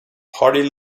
party